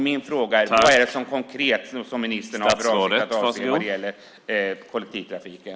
Min fråga är: Vad är det konkret som ministern har för avsikt att göra vad gäller kollektivtrafiken?